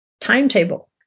timetable